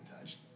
touched